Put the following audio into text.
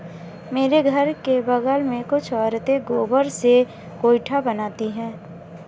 मेरे घर के बगल में कुछ औरतें गोबर से गोइठा बनाती है